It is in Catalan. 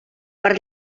per